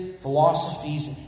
philosophies